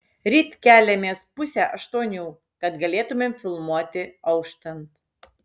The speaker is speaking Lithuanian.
ryt keliamės pusę aštuonių kad galėtumėm filmuoti auštant